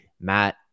Matt